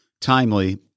timely